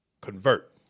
convert